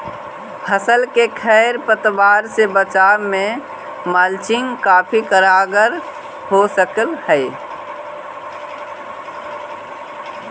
फसल के खेर पतवार से बचावे में मल्चिंग काफी कारगर हो सकऽ हई